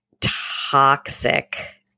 toxic